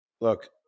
look